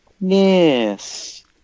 Yes